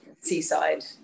seaside